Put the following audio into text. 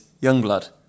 Youngblood